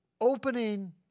opening